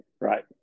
right